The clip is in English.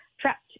trapped